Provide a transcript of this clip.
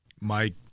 Mike